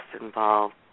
involved